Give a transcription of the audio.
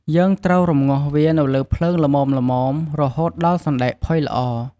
យើងត្រូវរំងាស់វានៅលើភ្លើងល្មមៗ រហូតដល់សណ្ដែកផុយល្អ។